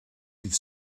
dydd